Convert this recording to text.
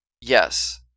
Yes